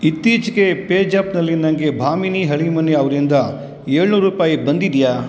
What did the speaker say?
ಇತ್ತೀಚೆಗೆ ಪೇಜ್ಯಾಪ್ನಲ್ಲಿ ನನಗೆ ಭಾಮಿನಿ ಹಳೀಮನೆ ಅವರಿಂದ ಏಳುನೂರು ರೂಪಾಯಿ ಬಂದಿದೆಯಾ